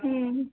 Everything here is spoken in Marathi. हं